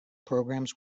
programs